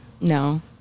No